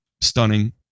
stunning